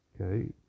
okay